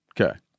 Okay